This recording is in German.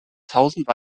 tausende